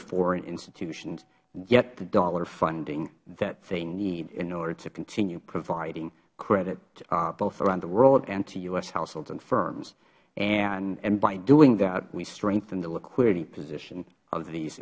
foreign institutions get the dollar funding that they need in order to continue providing credit both around the world and to u s households and firms and by doing that we strengthen the liquidity position of these